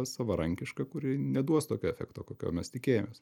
savarankiška kuri neduos tokio efekto kokio mes tikėjomės